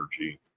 energy